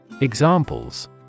Examples